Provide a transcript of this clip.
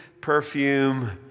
perfume